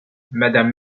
madame